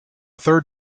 third